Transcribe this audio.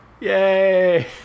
Yay